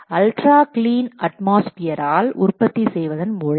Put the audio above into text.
ultra clean அட்மாஸ்பியர்ல் உற்பத்தி செய்வதன் மூலம்